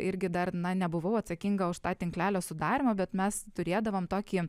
irgi dar nebuvau atsakinga už tą tinklelio sudarymą bet mes turėdavom tokį